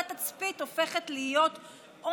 אותה תצפית הופכת להיות עונש,